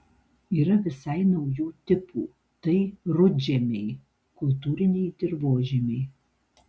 yra visai naujų tipų tai rudžemiai kultūriniai dirvožemiai